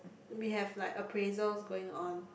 we have like appraisals going on